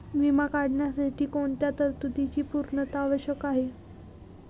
विमा काढण्यासाठी कोणत्या तरतूदींची पूर्णता आवश्यक आहे?